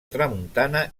tramuntana